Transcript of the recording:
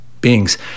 beings